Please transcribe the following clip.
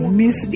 miss